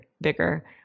bigger